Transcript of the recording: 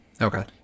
Okay